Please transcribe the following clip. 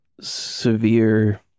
severe